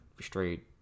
straight